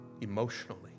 emotionally